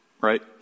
right